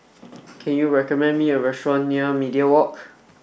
can you recommend me a restaurant near Media Walk